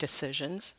decisions